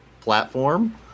platform